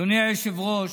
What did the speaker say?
אדוני היושב-ראש,